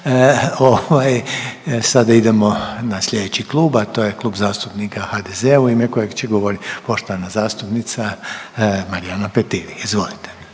sada idemo na slijedeći klub, a to je Klub zastupnika HDZ-a u ime kojeg će govorit poštovana zastupnica Marijana Petir. Izvolite.